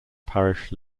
parish